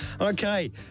okay